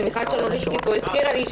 שמיכל צ'רנוביצקי הזכירה לי,